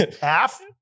Half